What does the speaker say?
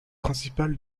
principales